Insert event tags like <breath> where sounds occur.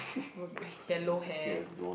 w~ <breath> yellow hair